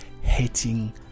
hating